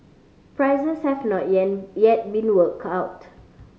prices have not yet been worked out